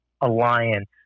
alliance